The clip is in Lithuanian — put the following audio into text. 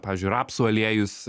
pavyzdžiui rapsų aliejus